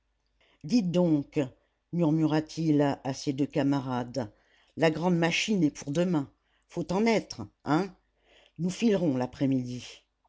dites donc murmura-t-il à ses deux camarades la grande machine est pour demain faut en être hein nous filerons l'après-midi